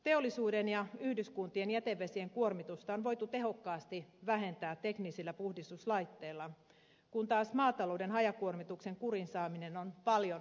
teollisuuden ja yhdyskuntien jätevesien kuormitusta on voitu tehokkaasti vähentää teknisillä puhdistuslaitteilla kun taas maatalouden hajakuormituksen kuriin saaminen on paljon vaikeampaa